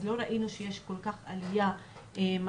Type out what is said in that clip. אז לא ראינו שיש כל כך עלייה משמעותית,